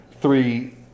three